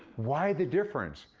why the difference?